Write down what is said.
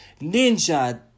Ninja